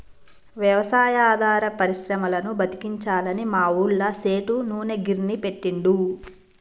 వ్యవసాయాధార పరిశ్రమలను బతికించాలని మా ఊళ్ళ సేటు నూనె గిర్నీ పెట్టిండు